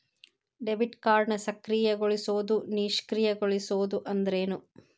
Debit ಕಾರ್ಡ್ನ ಸಕ್ರಿಯಗೊಳಿಸೋದು ನಿಷ್ಕ್ರಿಯಗೊಳಿಸೋದು ಅಂದ್ರೇನು?